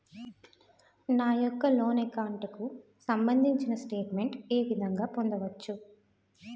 నా యెక్క loan account కు సంబందించిన స్టేట్ మెంట్ ఏ విధంగా పొందవచ్చు?